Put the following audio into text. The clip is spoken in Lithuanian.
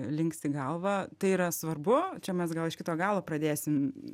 linksi galvą tai yra svarbu čia mes gal iš kito galo pradėsim